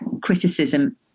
criticism